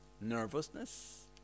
nervousness